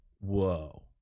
whoa